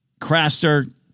Craster